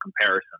comparison